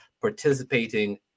participating